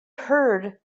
heard